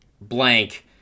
blank